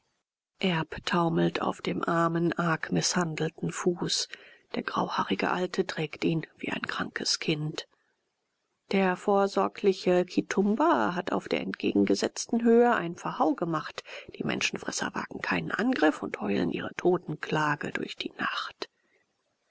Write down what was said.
erb taumelt auf dem armen arg mißhandelten fuß der grauhaarige alte trägt ihn wie ein krankes kind der vorsorgliche kitumbua hat auf der entgegengesetzten höhe einen verhau gemacht die menschenfresser wagen keinen angriff und heulen ihre totenklagen durch die nacht